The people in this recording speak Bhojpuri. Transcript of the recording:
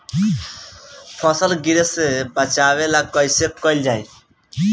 फसल गिरे से बचावा कैईसे कईल जाई?